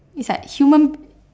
is like human